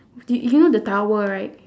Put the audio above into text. you you know the tower right